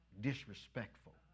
Disrespectful